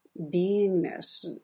beingness